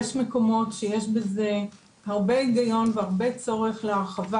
יש מקומות שיש בזה הרבה היגיון והרבה צורך להרחבה